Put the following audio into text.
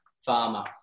farmer